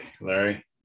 Larry